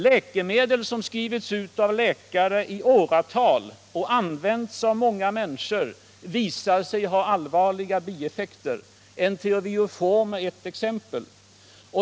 Läkemedel som skrivits ut av läkare i åratal och använts av många människor visar sig ha allvarliga bieffekter. Enterovioform är ett exempel.